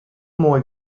more